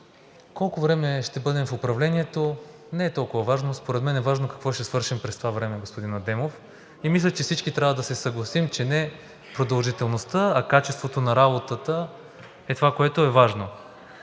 колко време ще бъдем в управлението, не е толкова важно, според мен е важно какво ще свършим през това време, господин Адемов. Мисля, че всички трябва да се съгласим, че не продължителността, а качеството на работата е това, което е важно.